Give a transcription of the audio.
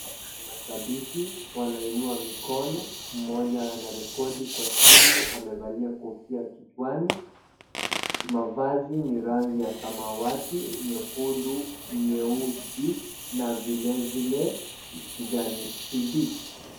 Hawa ni mashabiki wanainua mikono mmoja anarekodi kwa simu amevalia kofia kichwani, mavazi ni rangi ya samawati nyekundu nyeusi na vile vile kijani kibichi.